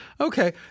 Okay